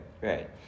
right